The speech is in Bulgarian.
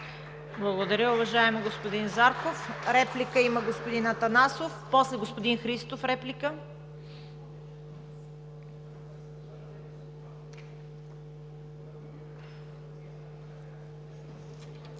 Благодаря, уважаеми господин Зарков. Реплика има господин Атанасов. После господин Христов – реплика.